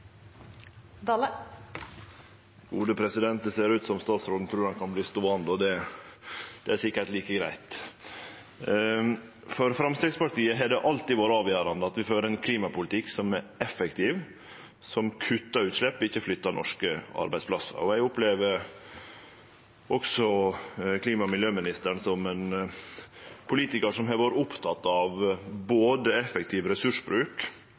statsråden trur han kan verte ståande, og det er sikkert like greitt. For Framstegspartiet har det alltid vore avgjerande at vi fører ein klimapolitikk som er effektiv, som kuttar utslepp og ikkje flyttar norske arbeidsplassar. Eg opplever klima- og miljøministeren som ein politikar som har vore oppteken av effektiv ressursbruk